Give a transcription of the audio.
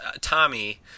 Tommy